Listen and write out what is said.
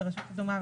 רשות אדומה,